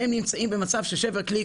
הם נמצאים במצב של שבר כללי,